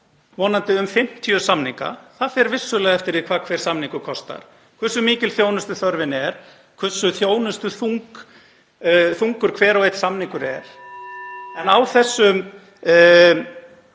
vonandi um 50 samninga. Það fer vissulega eftir því hvað hver samningur kostar, hversu mikil þjónustuþörfin er, hversu þjónustuþungur hver og einn samningur er. En á þessum